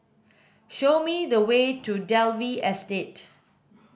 show me the way to Dalvey Estate